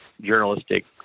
journalistic